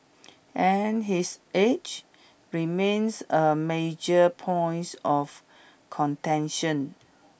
and his age remains a major points of contention